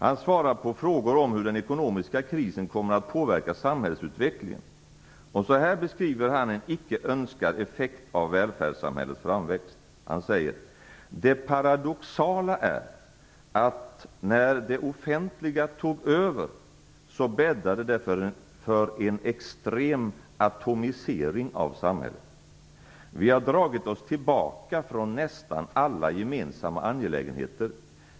Han svarar på frågor om hur den ekonomiska krisen kommer att påverka samhällsutvecklingen, och så beskriver han en icke önskvärd effekt av välfärdssamhällets framväxt: "Det paradoxala är att när det offentliga tog över så bäddade det för en extrem atomisering av samhället. Vi har dragit oss tillbaka från nästan alla gemensamma angelägenheter.